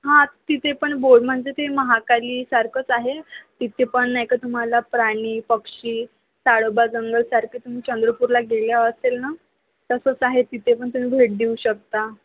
हां तिथे पण बोर म्हणजे ते महाकालीसारखंच आहे तिथे पण आहे का तुम्हाला प्राणी पक्षी ताडोबा जंगलासारखे तुम्ही चंद्रपूरला गेले असेल ना तसंच आहे तिथे पण तुम्ही भेट देऊ शकता